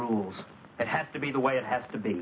rules it has to be the way it has to be